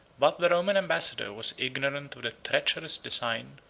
but the roman ambassador was ignorant of the treacherous design,